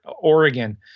Oregon